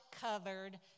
covered